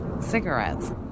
cigarettes